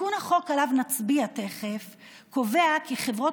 תיקון החוק שעליו נצביע תכף קובע כי חברות